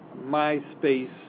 MySpace